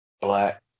black